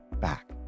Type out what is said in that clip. back